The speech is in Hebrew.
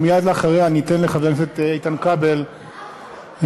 ומייד אחריה ניתן לחבר הכנסת איתן כבל להגיב.